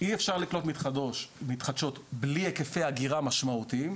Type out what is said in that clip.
אי אפשר לקנות מתחדשות בלי היקפי אגירה משמעותיים,